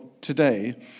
today